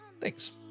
thanks